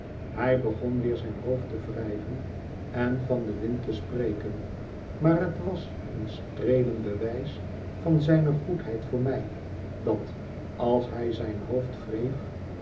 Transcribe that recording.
hij begon weer zijn hoofd te wrijven en van den wind te spreken maar het was een streelend bewijs van zijne goedheid voor mij dat als hij zijn hoofd wreef